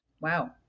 Wow